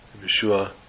Yeshua